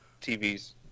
TVs